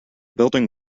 building